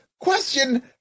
question